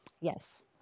Yes